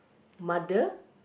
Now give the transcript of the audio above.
mother